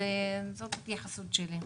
זאת ההתייחסות שלי.